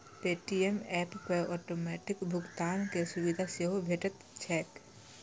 Paytm app पर automatic भुगतान के सुविधा सेहो भेटैत छैक